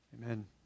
Amen